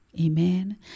Amen